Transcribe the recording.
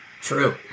True